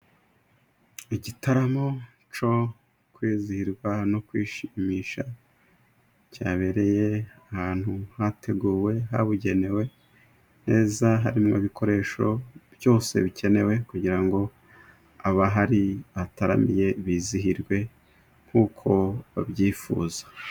Igitaramo cyo kwizihirwa no kwishimisha, cyabereye ahantu hateguwe habugenewe neza, harimo ibikoresho byose bikenewe kugira ngo abahari bahataramiye, bizihirwe nkuko babyifuza